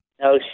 No